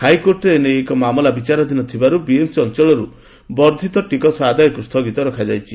ହାଇକୋର୍ଟରେ ଏନେଇ ମାମଲା ବିଚାରାଧୀନ ଥିବାରୁ ବିଏମ୍ସି ଅଞ୍ଞଳରୁ ବର୍ଦ୍ଧିତ ଟିକସ ଆଦାୟକୁ ସ୍ଥଗିତ ରଖାଯାଇଛି